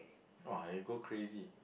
!wah! you go crazy